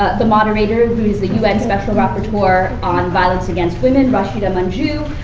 ah the moderator, who's the un special rapporteur on violence against women, rashida manjoo.